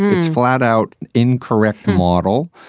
it's flat out incorrect model.